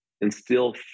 instill